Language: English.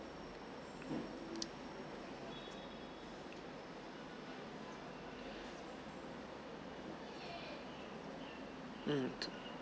um